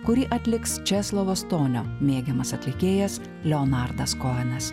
kurį atliks česlovo stonio mėgiamas atlikėjas leonardas kohenas